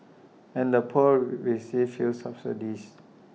and the poor received few subsidies